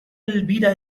elvira